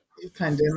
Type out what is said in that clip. Pandemic